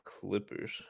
Clippers